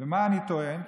ומה אני טוען?